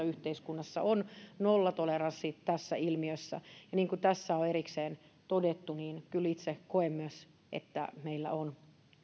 yhteiskunnassa on nollatoleranssi tässä ilmiössä ja niin kuin tässä on erikseen todettu niin kyllä itse koen myös että meillä on